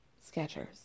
Sketchers